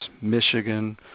Michigan